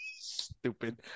Stupid